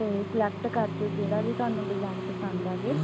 ਅਤੇ ਸਲੈਕਟ ਕਰ ਜਿਓ ਜਿਹੜਾ ਵੀ ਤੁਹਾਨੂੰ ਡਿਜ਼ਾਈਨ ਪਸੰਦ ਆਵੇ